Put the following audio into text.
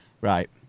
right